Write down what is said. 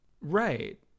right